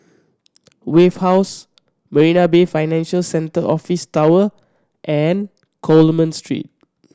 Wave House Marina Bay Financial Centre Office Tower and Coleman Street